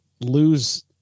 lose